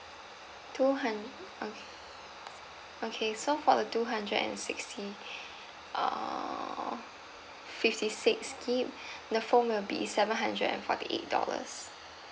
two hun okay okay so for the two hundred and sixty err fifty six gig the phone will be seven hundred and forty eight dollars